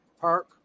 Park